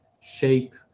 shape